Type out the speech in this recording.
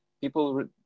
people